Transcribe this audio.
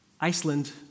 Iceland